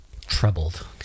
troubled